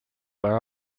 where